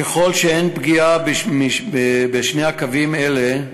ככל שאין פגיעה בשני הקווים האלה,